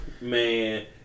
Man